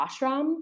ashram